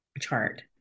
chart